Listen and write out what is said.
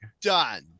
done